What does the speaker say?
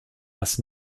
was